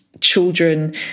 children